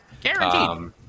Guaranteed